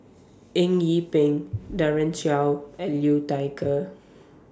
Eng Yee Peng Daren Shiau and Liu Thai Ker